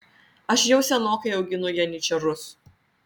aš jau senokai auginu janyčarus